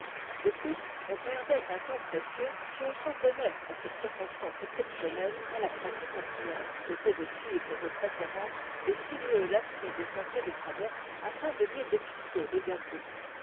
de plus on perdait un temps précieux si on s'en tenait en cette circonstance exceptionnelle à la pratique ordinaire qui était de suivre de préférence les sinueux lacis des sen tiers de traverse afin de mieux dépister les